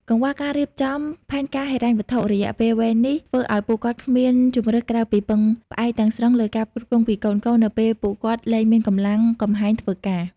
កង្វះការរៀបចំផែនការហិរញ្ញវត្ថុរយៈពេលវែងនេះ ធ្វើឱ្យពួកគាត់គ្មានជម្រើសក្រៅពីពឹងផ្អែកទាំងស្រុងលើការផ្គត់ផ្គង់ពីកូនៗនៅពេលពួកគាត់លែងមានកម្លាំងកំហែងធ្វើការ។